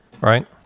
right